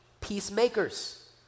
peacemakers